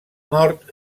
nord